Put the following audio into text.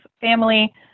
family